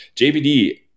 JBD